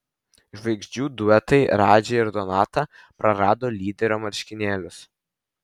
žvaigždžių duetai radži ir donata prarado lyderio marškinėlius